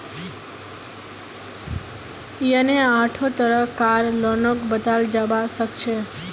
यन्ने आढ़ो तरह कार लोनक बताल जाबा सखछे